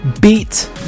beat